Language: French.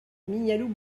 mignaloux